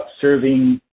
serving